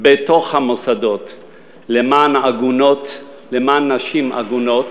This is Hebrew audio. בתוך המוסדות למען עגונות, למען נשים עגונות,